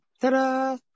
Ta-da